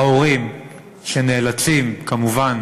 ההורים שנאלצים כמובן